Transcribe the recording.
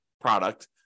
product